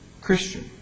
Christian